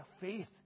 faith